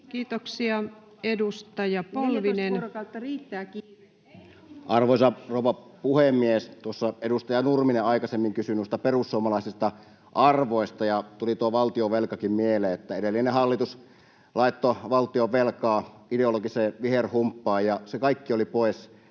Time: 18:19 Content: Arvoisa rouva puhemies! Tuossa edustaja Nurminen aikaisemmin kysyi noista perussuomalaisista arvoista. Tuli tuo valtionvelkakin mieleen, kun edellinen hallitus laittoi valtionvelkaa ideologiseen viherhumppaan ja se kaikki oli pois